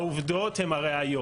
העובדות הן הראיות.